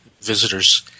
visitors